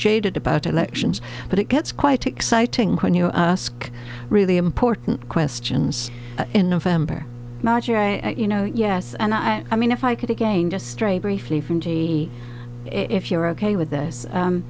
jaded about elections but it gets quite exciting when you ask really important questions in november you know yes and i mean if i could again just stray briefly from tea if you're ok with this